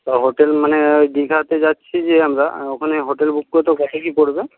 hotel মানে ওই দীঘাতে যাচ্ছি যে আমরা ওখানে হোটেল বুক করতে কত কী পড়বে